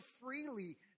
freely